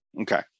Okay